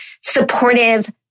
supportive